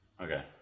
Okay